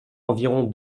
environ